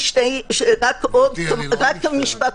משפט